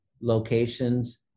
locations